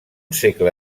segle